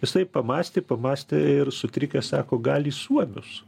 jisai pamąstė pamąstė ir sutrikęs sako gal į suomius